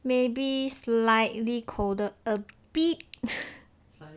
maybe slightly colder a bit